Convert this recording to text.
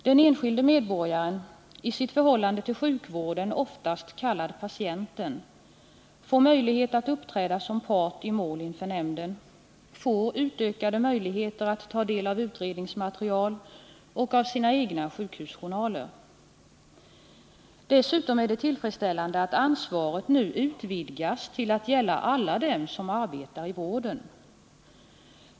Den enskilde medborgaren -— i sitt förhållande till sjukvården oftast kallad ”patienten” — får möjlighet att uppträda som part i mål inför nämnden och får utökade möjligheter att ta del av utredningsmaterial och sina egna sjukhusjournaler. Dessutom är det tillfredsställande att ansvaret nu utvidgas till att gälla alla Nr 56 dem som arbetar i vården.